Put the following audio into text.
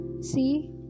See